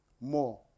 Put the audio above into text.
more